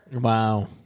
Wow